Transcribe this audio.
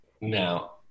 Now